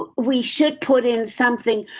ah we should put in something.